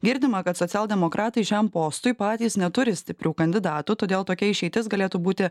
girdima kad socialdemokratai šiam postui patys neturi stiprių kandidatų todėl tokia išeitis galėtų būti